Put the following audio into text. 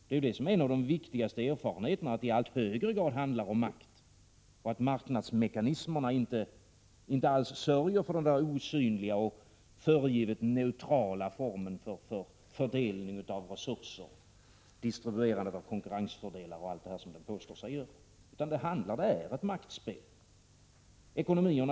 Det är ju det som är en av de viktigaste erfarenheterna att det i allt högre grad handlar om makt och att marknadsmekanismerna inte alls sörjer för den osynliga och föregivet neutrala formen för fördelningen av resurser, distribuerandet av konkurrensfördelar och allt det som de påstås göra. Allt handlande är ett maktspel.